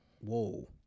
Whoa